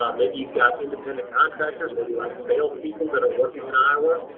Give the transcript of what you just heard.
um maybe you've got independent contractors, maybe like sales people, that are working in iowa.